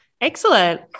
Excellent